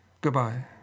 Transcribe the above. goodbye